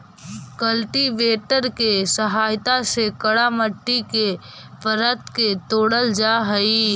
cultivator के सहायता से कड़ा मट्टी के परत के तोड़ल जा हई